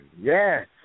Yes